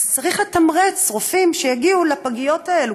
אז צריך לתמרץ רופאים שיגיעו לפגיות האלה,